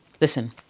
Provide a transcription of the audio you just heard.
Listen